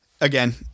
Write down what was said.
again